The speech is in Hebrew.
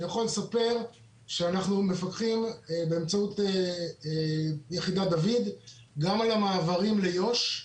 אני יכול לספר שאנחנו מפקחים באמצעות יחידת דוד גם על המעברים ליו"ש.